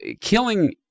killing